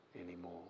anymore